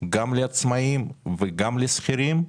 גם לעצמאים וגם לשכירים.